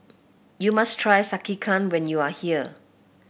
you must try Sekihan when you are here